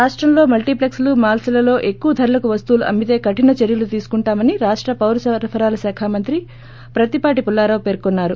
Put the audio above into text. రాష్టంలో multiplex లు malls లలో ఎక్కువ ధరలకు వస్తువులు అమ్మితే కఠిన చర్యలు తీసుకుంటామని రాష్ట పౌరసరఫరాల శాఖ మంత్రి ప్రత్తిపాటి పుల్లారావు పేర్కొన్నారు